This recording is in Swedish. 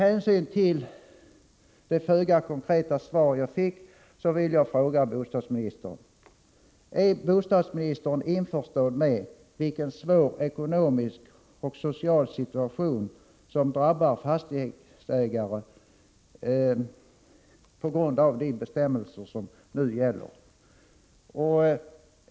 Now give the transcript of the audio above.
Är bostadsministern införstådd med vilken svår ekonomisk och social situation som fastighetsägare hamnar i på grund av de bestämmelser som nu gäller?